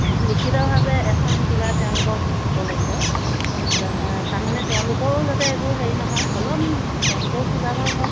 লিখিতভাৱে এখন কিবা তেওঁলোকক দিব লাগিব তাৰমানে তেওঁলোকৰো যাতে একো হেৰি নহয় অলপ তেওঁলোকৰো পূজাভাগ হওক